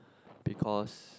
because